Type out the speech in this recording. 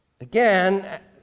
again